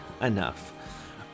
enough